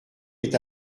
est